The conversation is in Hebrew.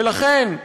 ולכן,